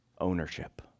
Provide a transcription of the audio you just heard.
Ownership